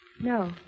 No